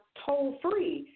toll-free